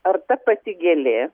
ar ta pati gėlė